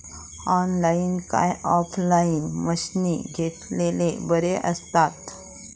Online काय offline मशीनी घेतलेले बरे आसतात?